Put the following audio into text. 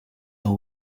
are